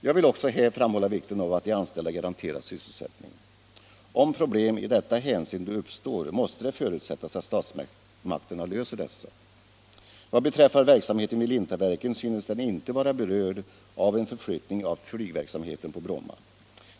Jag vill också framhålla vikten av att de anställda garanteras sysselsättning. Om problem i detta hänseende uppstår, måste det förutsättas att statsmakterna löser dessa. Vad beträffar verksamheten vid Lintaverken synes den inte vara berörd av en förflyttning av flygverksamheten på Bromma.